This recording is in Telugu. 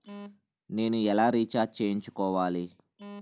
నేను ఎలా రీఛార్జ్ చేయించుకోవాలి?